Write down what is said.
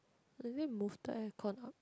can we move the aircon ah